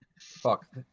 Fuck